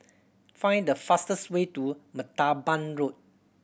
find the fastest way to Martaban Road